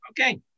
Okay